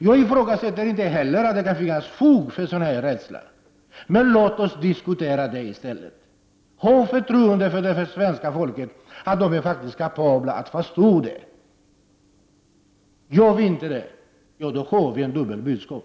Jag ifrågasätter inte heller att det kan finnas fog för en sådan rädsla. Men låt oss diskutera det i stället, ha förtroende för att svenska folket är kapabelt att förstå det! Gör vi inte det, ger vi ett dubbelt budskap.